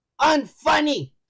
Unfunny